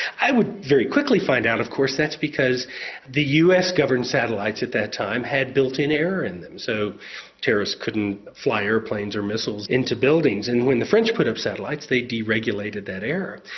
i would very quickly find out of course that's because the us governed satellites at that time had built-in error in them so terrorists couldn't fly aeroplanes or missiles into buildings. and when the french put up satellites they deregulated that error.